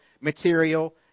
material